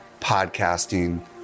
podcasting